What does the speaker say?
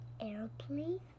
airplane